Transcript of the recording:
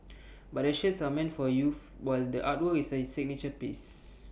but the shirts are meant for youth while the artwork is A signature piece